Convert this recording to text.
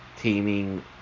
Teaming